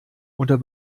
unter